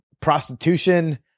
prostitution